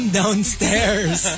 downstairs